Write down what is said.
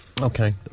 Okay